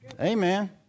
Amen